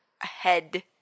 ahead